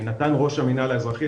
נתן ראש המנהל האזרחי,